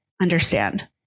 understand